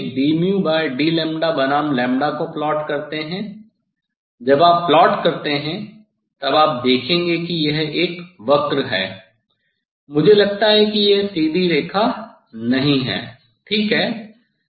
अब आप इसे dd बनाम को प्लॉट करते हैं जब आप प्लॉट करते हैं तब आप देखेंगे कि यह एक वक्र है मुझे लगता है कि यह सीधी रेखा नहीं है ठीक है